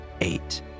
eight